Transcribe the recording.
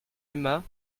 aimas